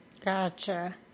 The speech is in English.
gotcha